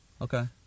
Okay